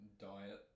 diet